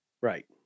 Right